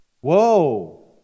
Whoa